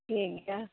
ᱴᱷᱤᱠ ᱜᱮᱭᱟ